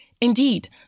Indeed